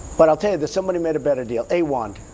but i'll tell you, there's somebody who made a better deal awan.